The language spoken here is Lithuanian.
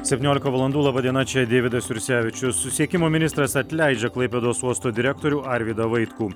septyniolika valandų laba diena čia deividas jursevičius susisiekimo ministras atleidžia klaipėdos uosto direktorių arvydą vaitkų